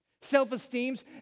Self-esteems